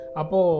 apo